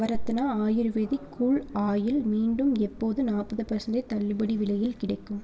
Navratna ayurvedic cool oil மீண்டும் எப்போது நாற்பது பர்சன்ட்டேஜ் தள்ளுபடி விலையில் கிடைக்கும்